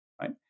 right